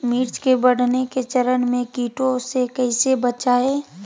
मिर्च के बढ़ने के चरण में कीटों से कैसे बचये?